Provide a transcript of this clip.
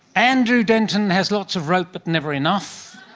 andrew denton has lots of rope but never enough,